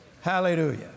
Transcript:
Hallelujah